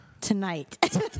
Tonight